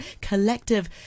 collective